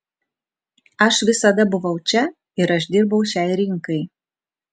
aš visada buvau čia ir aš dirbau šiai rinkai